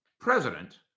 President